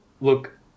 Look